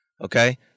okay